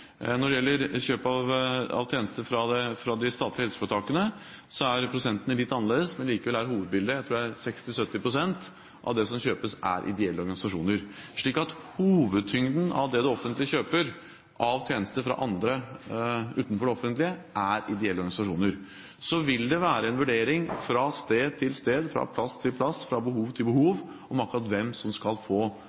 Når det gjelder kjøp av tjenester fra de statlige helseforetakene, er prosentene litt annerledes, men likevel er hovedbildet, tror jeg, at 60–70 pst. av det som kjøpes, er fra ideelle organisasjoner. Så hovedtyngden av det det offentlige kjøper av tjenester fra andre utenfor det offentlige, er fra ideelle organisasjoner. Så vil det være en vurdering fra sted til sted, fra plass til plass, fra behov til behov om akkurat hvem som skal få